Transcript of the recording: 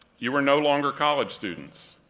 you are no longer college students,